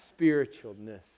Spiritualness